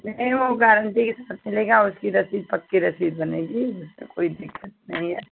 नहीं वह गारंटी के साथ मिलेगा और उसकी रसीद पक्की रसीद बनेगी उसमें कोई दिक़्क़त नहीं है